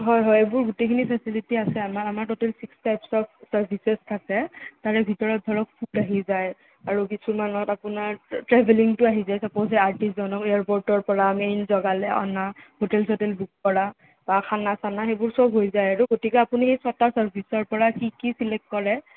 হয় হয় এবোৰ গোটেইখিনি ফেচেলিটি আছে আমাৰ আমাৰ টুটেল ছিক্স টাইপ্চ অব তাৰ ডিটেল্চ আছে তাৰে ভিতৰত ধৰক ফুড আহি যায় আৰু কিছুমানত আপোনাৰ ট্ৰেভেলিঙটো আহি যায় চাপ'ছ সেই আৰ্টিছজনক এয়াৰপৰ্টৰ পৰা আমি নিজ জেগালৈ অনা হোটেল চোটেল বুক কৰা বা খানা চানা সেইবোৰ চব হৈ যায় আৰু গতিকে আপুনি ছটা চাৰ্ভিছৰ পৰা কি কি চিলেক্ট কৰে